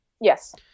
Yes